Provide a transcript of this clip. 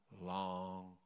long